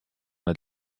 nad